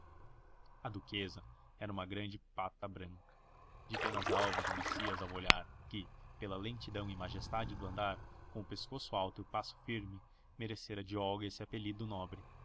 a duquesa era uma grande pata branca de penas alvas e macias ao olhar que pela lentidão e majestade do andar com o pescoço alto e o passo firme merecera de olga esse apelido nobre